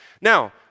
Now